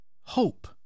Hope